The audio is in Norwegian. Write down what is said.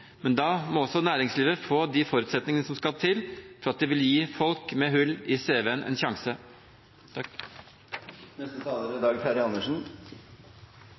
men da må også næringslivet få de forutsetningene som skal til for at de vil gi folk med hull i CV-en en sjanse. Det jeg kanskje synes har vært mest gledelig i denne trontaledebatten, er